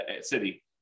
city